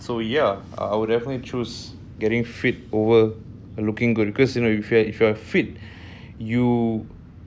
so ya I would definitely choose getting fit over looking good because you know if you're fit you